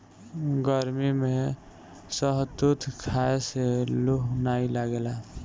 गरमी में शहतूत खाए से लूह नाइ लागेला